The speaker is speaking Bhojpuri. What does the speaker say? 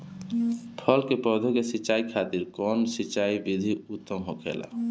फल के पौधो के सिंचाई खातिर कउन सिंचाई विधि उत्तम होखेला?